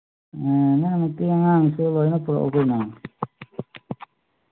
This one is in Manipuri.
ꯎꯝ ꯅꯪ ꯅꯨꯄꯤ ꯑꯉꯥꯡꯁꯨ ꯂꯣꯏꯅ ꯄꯨꯔꯛꯎ ꯀꯩꯅꯣ